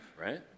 right